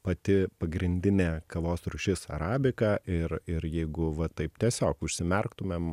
pati pagrindinė kavos rūšis arabika ir ir jeigu va taip tiesiog užsimerktumėm